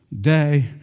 day